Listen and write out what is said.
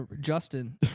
Justin